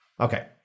Okay